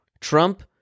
Trump